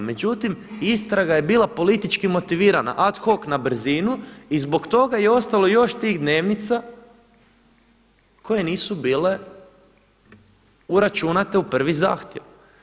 Međutim, istraga je bila politički motivirana, ad hoc na brzinu i zbog toga je ostalo još tih dnevnica koje nisu bile uračunate u prvi zahtjev.